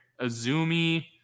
Azumi